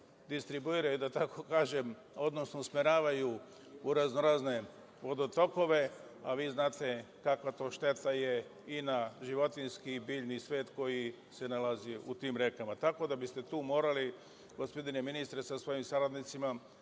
distribuiraju, da tako kažem, odnosno, usmeravaju u raznorazne vodotokove, a vi znate kakva je to šteta na životinjski i biljni svet koji se nalazi u tim rekama. Tako da biste tu morali, gospodine ministre sa svojim saradnicima,